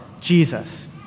Jesus